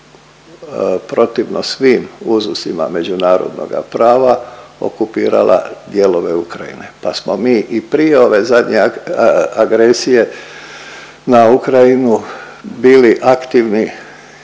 protivno svim uzusima međunarodnoga prava okupirala dijelove Ukrajine, pa smo mi i prije ove zadnje agresije na Ukrajinu bili aktivni